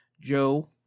Joe